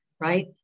right